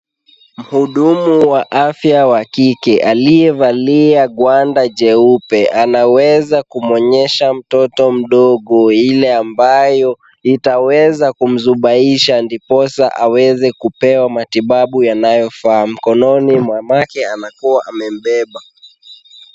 Mhudumu wa afya wa kike aliyevalia gwanda jeupe anaweza kumuonyesha mtoto mdogo ile ambayo itaweza kumzubaisha ndiposa aweze kupewa matibabu yanayofaa. Mkononi mama yake anakuwa amembeba.